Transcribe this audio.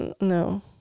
No